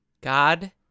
God